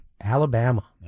Alabama